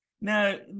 Now